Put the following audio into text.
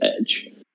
Edge